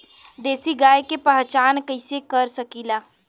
देशी गाय के पहचान कइसे कर सकीला?